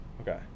Okay